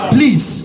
Please